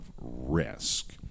risk